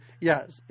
yes